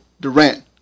Durant